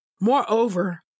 Moreover